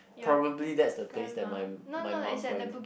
probably that is the place that my my mum buy